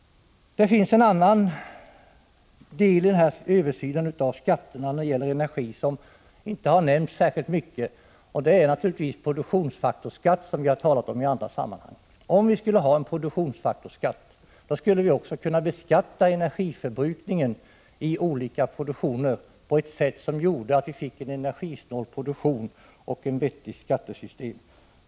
Det finns en annan del i översynen av skatterna när det gäller energi som inte har nämnts särskilt mycket, nämligen frågan om produktionsfaktorsskatt, som vi har talat om i andra sammanhang. Om vi hade en produktionsfaktorsskatt skulle vi kunna beskatta energiförbrukningen i olika produktioner på ett sätt som gjorde att vi fick en energisnål produktion och ett vettigt skattesystem.